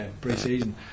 pre-season